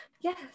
Yes